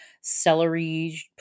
celery